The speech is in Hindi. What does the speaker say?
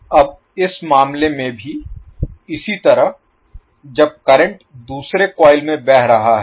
अब इस मामले में भी इसी तरह जब करंट दूसरे कॉइल में बह रहा है